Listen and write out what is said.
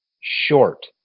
short